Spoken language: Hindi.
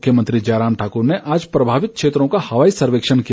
मुख्यमंत्री जयराम ठाकुर ने आज प्रभावित क्षेत्रों का हवाई सर्वेक्षण किया